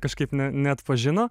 kažkaip ne neatpažino